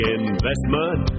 investment